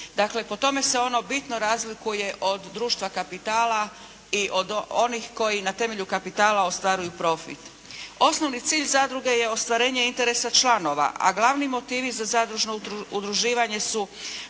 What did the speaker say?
Dakle, po tome se ono bitno razlikuje od društva kapitala i od onih koji na temelju kapitala ostvaruju profit. Osnovni cilj zadruge je ostvarenje interesa članova, a glavni motivi za zadružno udruživanje su